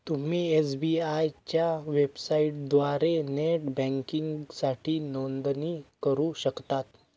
तुम्ही एस.बी.आय च्या वेबसाइटद्वारे नेट बँकिंगसाठी नोंदणी करू शकता